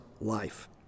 life